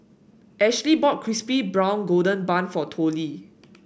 Ashlea bought crispy brown golden bun for Tollie